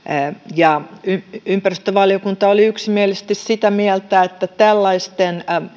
ympäristövaliokunta oli yksimielisesti sitä mieltä että tällaisten